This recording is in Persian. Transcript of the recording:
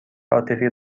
عاطفی